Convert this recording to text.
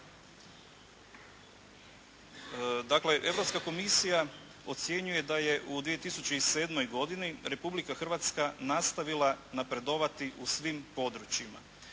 Dakle, Europska komisija ocjenjuje da je u 2007. godini Republika Hrvatska nastavila napredovati u svim područjima.